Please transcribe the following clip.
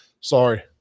Sorry